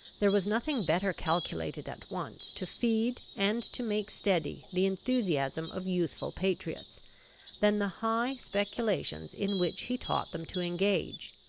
there was nothing better calculated at once to feed and to make steady the enthusiasm of youthful patriots than the high speculations in which he taught them to engage,